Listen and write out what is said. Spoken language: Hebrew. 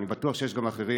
ואני בטוח שיש גם אחרים.